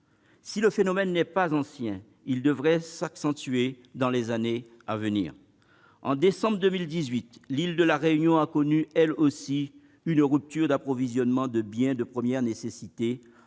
Si le phénomène n'est pas ancien, il devrait s'accentuer dans les années à venir. En décembre 2018, l'île de la Réunion a connu elle aussi une rupture d'approvisionnement en biens de première nécessité